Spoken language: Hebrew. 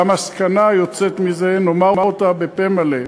והמסקנה היוצאת מזה, נאמר אותה בפה מלא,